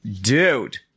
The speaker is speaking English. dude